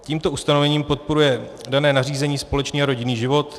Tímto ustanovením podporuje dané nařízení společný a rodinný život.